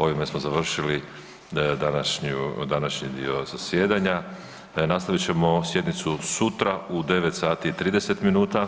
Ovime smo završili današnju, današnji dio zasjedanja, nastavit ćemo sjednicu sutra u 9 sati i 30 minuta